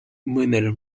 mõnel